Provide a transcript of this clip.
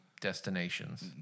destinations